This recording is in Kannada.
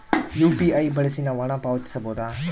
ಯು.ಪಿ.ಐ ಬಳಸಿ ನಾವು ಹಣ ಪಾವತಿಸಬಹುದಾ?